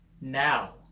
now